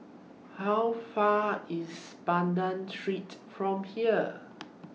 How Far IS Banda Street from here